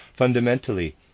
Fundamentally